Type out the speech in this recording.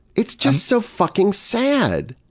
it's just so fucking sad!